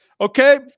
Okay